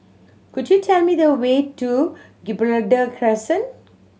could you tell me the way to Gibraltar Crescent